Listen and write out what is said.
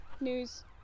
news